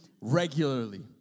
regularly